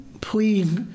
please